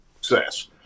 success